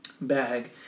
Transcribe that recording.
bag